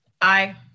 Aye